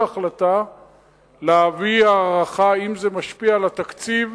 החלטה להביע הערכה אם זה משפיע על התקציב,